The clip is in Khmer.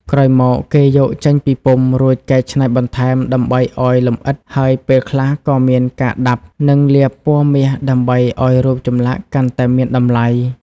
ក្រោយមក គេយកចេញពីពុម្ព រួចកែច្នៃបន្ថែមដើម្បីឱ្យលម្អិត ហើយពេលខ្លះក៏មានការដាប់ និងលាបពណ៌មាសដើម្បីឱ្យរូបចម្លាក់កាន់តែមានតម្លៃ។